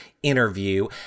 interview